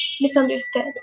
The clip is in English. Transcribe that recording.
misunderstood